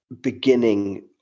beginning